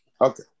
Okay